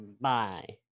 Bye